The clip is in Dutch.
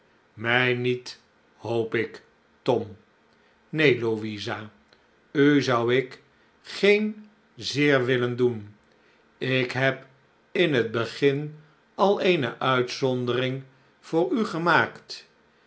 mij niet hoop ik tom neen louisa u zou ik geen zeer willen doen ik heb in het begin al eene uitzondering voor u gemaakt